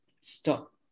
stop